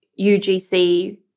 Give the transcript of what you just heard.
UGC